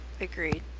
agreed